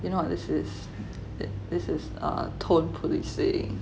you know this is this is a tone policing